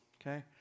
okay